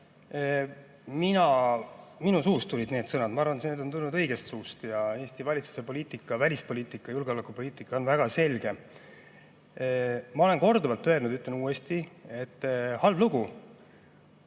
Minu suust tulid need sõnad. Ma arvan, et need on tulnud õigest suust. Ja Eesti valitsuse poliitika, välispoliitika ja julgeolekupoliitika on väga selge. Ma olen korduvalt öelnud, ütlen uuesti: halb lugu.